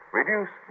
Reduce